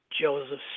Joseph